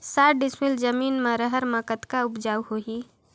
साठ डिसमिल जमीन म रहर म कतका उपजाऊ होही?